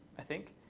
i think.